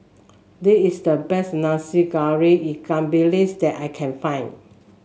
this is the best Nasi Goreng Ikan Bilis that I can find